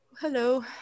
hello